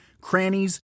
crannies